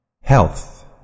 Health